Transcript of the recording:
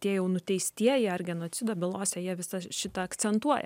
tie jau nuteistieji ar genocido bylose jie visą šitą akcentuoja